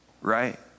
right